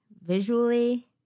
Visually